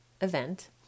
event